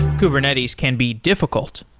kubernetes can be difficult.